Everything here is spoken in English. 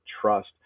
trust